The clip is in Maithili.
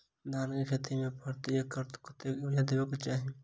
धान केँ खेती मे प्रति एकड़ कतेक यूरिया देब केँ चाहि?